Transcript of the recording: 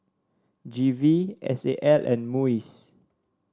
G V S A L and MUIS